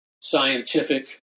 scientific